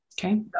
Okay